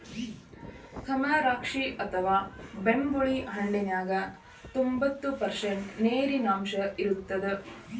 ಕಮರಾಕ್ಷಿ ಅಥವಾ ಬೆಂಬುಳಿ ಹಣ್ಣಿನ್ಯಾಗ ತೋಭಂತ್ತು ಪರ್ಷಂಟ್ ನೇರಿನಾಂಶ ಇರತ್ತದ